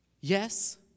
Yes